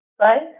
right